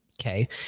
okay